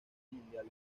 mundial